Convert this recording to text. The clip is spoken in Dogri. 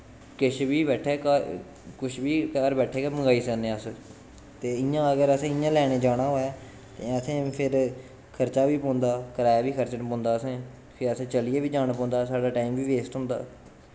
किश बी बैठै घर कुछ बी घर बैठै गै मंगाई सकने अस ते इ'यां अगर असें इ'यां लैने गी जाना होऐ ते असें फिर खर्चा बी पौंदा कराया बी खर्चन पौंदा असें फ्ही असें चलियै बी जाना पौंदा साढ़ा टाईम बी बेस्ट होंदा